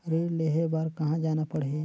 ऋण लेहे बार कहा जाना पड़ही?